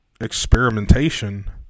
experimentation